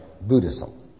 Buddhism